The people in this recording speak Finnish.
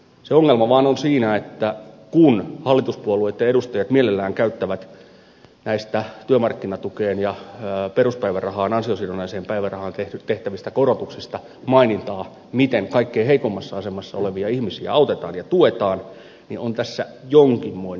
se ongelma vaan on siinä että kun hallituspuolueitten edustajat mielellään käyttävät näistä työmarkkinatukeen ja peruspäivärahaan ansiosidonnaiseen päivärahaan tehtävistä korotuksista mainintaa miten kaikkein heikoimmassa asemassa olevia ihmisiä autetaan ja tuetaan niin on tässä jonkinmoinen ristiriita